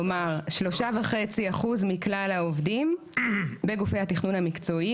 כלומר, 3.5% מכלל העובדים בגופי התכנון המקצועיים.